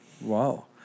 Wow